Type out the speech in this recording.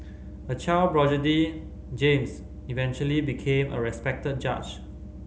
a child James eventually became a respected judge